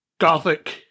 gothic